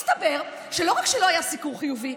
מסתבר שלא רק שלא היה סיקור חיובי,